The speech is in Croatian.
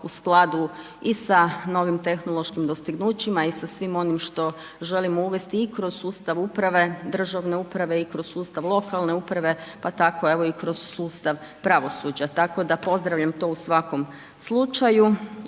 u skladu i sa novim tehnološkim dostignućima i sa svim onim što želimo uvesti i kroz sustav uprave, državne uprave i kroz sustav lokalne uprave pa tako evo i kroz sustav pravosuđa tako da pozdravljam to u svakom slučaju.